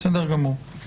בסדר גמור.